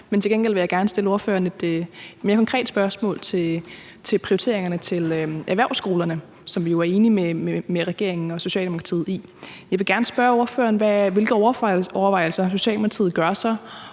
men til gengæld vil jeg gerne stille ordføreren et mere konkret spørgsmål til prioriteringerne til erhvervsskolerne, som vi jo er enige med regeringen og Socialdemokratiet i. Jeg vil gerne spørge ordføreren, hvilke overvejelser Socialdemokratiet gør sig